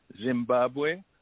Zimbabwe